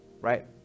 right